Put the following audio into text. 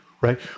right